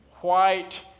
white